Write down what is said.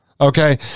okay